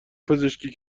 پزشکی